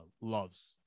loves